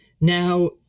Now—